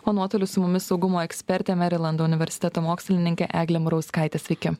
o nuotoliu su mumis saugumo ekspertė merilando universiteto mokslininkė eglė murauskaitė sveiki